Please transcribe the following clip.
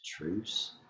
Truce